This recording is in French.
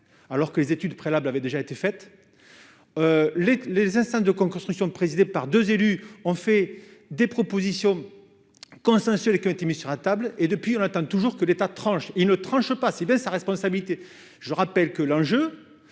alors que les études préalables avaient déjà été faites les les instincts de construction présidée par 2 élus ont fait des propositions consensuelles qui ont été mis sur la table et depuis on attend toujours que l'État tranche il ne tranche pas bien sa responsabilité, je rappelle que l'enjeu,